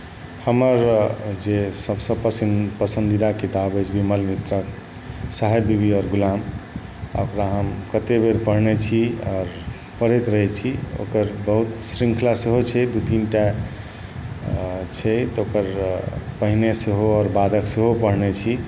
हमर जे सबसँ पसन्द पसन्दीदा किताब अछि विमल मित्राके साहेब बीबी और गुलाम ओकरा हम कतेक बेर पढ़ने छी आओर पढ़ैत रहै छी ओकर बहुत शृँखला सेहो छै दुइ तीन टा छै तऽ ओकर पहिने सेहो आओर बादके सेहो पढ़ने छी